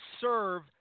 serve